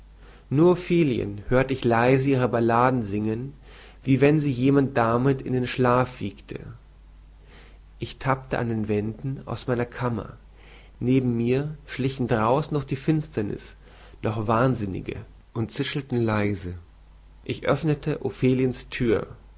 nur ophelien hörte ich leise ihre balladen singen wie wenn sie jemand damit in den schlaf wiegte ich tappte an den wänden aus meiner kammer neben mir schlichen draußen durch die finsterniß noch wahnsinnige und zischelten leise ich öffnete opheliens thür